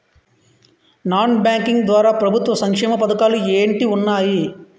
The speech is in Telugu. నాన్ బ్యాంకింగ్ ద్వారా ప్రభుత్వ సంక్షేమ పథకాలు ఏంటి ఉన్నాయి?